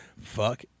fuck